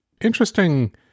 interesting